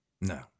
No